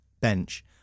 bench